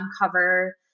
uncover